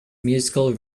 musical